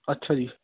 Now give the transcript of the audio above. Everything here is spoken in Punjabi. ਅੱਛਾ ਜੀ